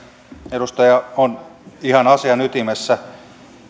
edustaja on ihan asian ytimessä